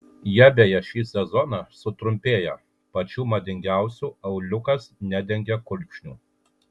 jie beje šį sezoną sutrumpėja pačių madingiausių auliukas nedengia kulkšnių